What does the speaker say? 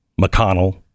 mcconnell